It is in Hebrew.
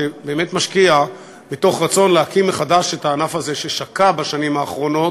שבאמת משקיע מתוך רצון להקים מחדש את הענף הזה ששקע בשנים האחרונות,